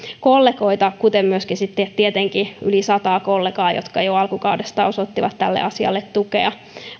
kollegoita kuten myöskin tietenkin niitä yli sataa kollegaa jotka jo alkukaudesta osoittivat tälle asialle tukea